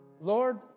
Lord